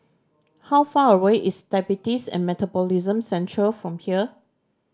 how far away is Diabetes and Metabolism Centre from here